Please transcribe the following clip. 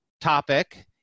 topic